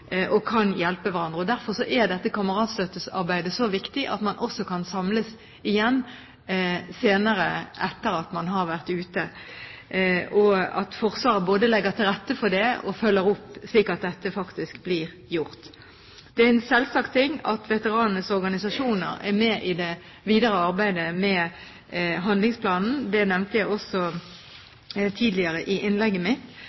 og de kan hjelpe hverandre. Derfor er kameratstøttearbeidet så viktig; man kan samles igjen senere, etter at man har vært ute. Det er viktig at Forsvaret både legger til rette for det og følger opp, slik at dette faktisk blir gjort. Det er en selvsagt ting at veteranenes organisasjoner er med i det videre arbeidet med handlingsplanen. Det nevnte jeg også tidligere i innlegget mitt.